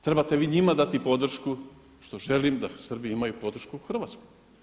Trebate vi njima dati podršku što želim da Srbi imaju podršku u Hrvatskoj.